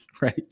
Right